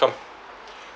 come